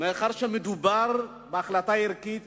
שמאחר שמדובר בהחלטה ערכית,